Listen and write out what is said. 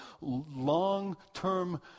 long-term